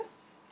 כן,